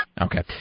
Okay